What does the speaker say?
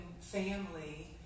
family